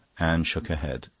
anne shook her head.